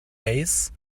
base